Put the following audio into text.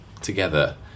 together